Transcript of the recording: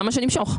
למה שנמשוך?